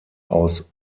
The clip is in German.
aus